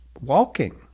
walking